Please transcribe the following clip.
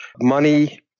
Money